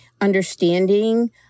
understanding